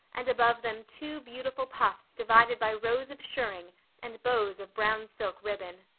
and above them two beautiful puffs divided by rows of shirring and bows of brown-silk ribbon.